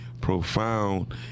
profound